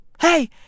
Hey